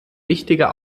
wichtiger